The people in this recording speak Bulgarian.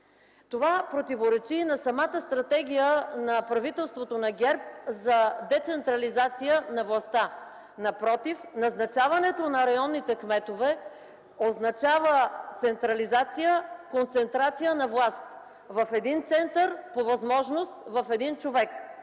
Това противоречи и на самата стратегия на правителството на ГЕРБ за децентрализация на властта. Напротив, назначаването на районните кметове означава централизация, концентрация на власт в един център, по възможност – в един човек.